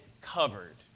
covered